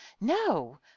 No